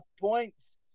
points